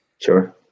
Sure